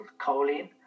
choline